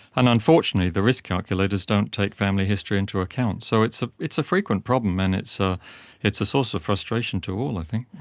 and unfortunately the risk calculators don't take family history into account. so it's ah it's a frequent problem and it's ah it's a source of frustration to all i think.